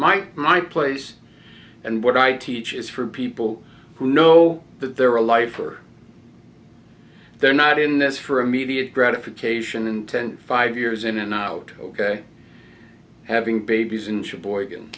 my my place and what i teach is for people who know that they're a life or they're not in this for immediate gratification intent five years in and out having babies in sheboygan